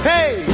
Hey